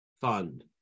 fund